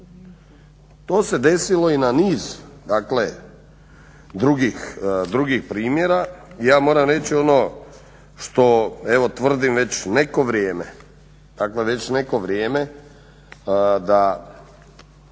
To se desilo i na niz, dakle drugih primjera. Ja moram reći ono što evo tvrdim već neko vrijeme, dakle